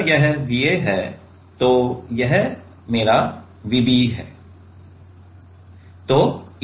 तो अगर यह Va है तो यह Vb है